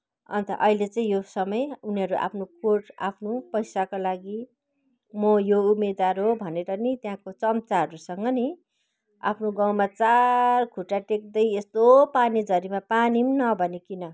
अन्त अहिले चाहिँ यो समय उनीहरू आफ्नो पोस्ट आफ्नो पैसाको लागि म यो उम्मेदवार हो भनेर नि त्यहाँको चम्चाहरूसँग नि अब गाउँमा चार खुट्टा टेक्दै यस्तो पानीझरीमा पानी पनि नभनिकन